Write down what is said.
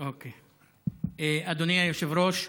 אדוני היושב-ראש,